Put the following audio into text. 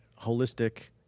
holistic